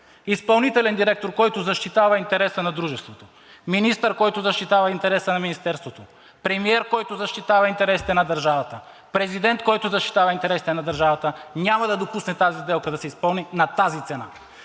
Изпълнителен директор, който защитата интереса на дружеството, министър, който защитава интереса на министерството, премиер, който защитава интересите на държавата, президент, който защитава интересите на държавата, няма да допусне тази сделка да се изпълни на тази цена